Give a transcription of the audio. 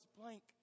blank